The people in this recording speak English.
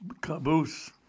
caboose